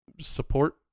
support